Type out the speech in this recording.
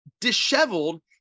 disheveled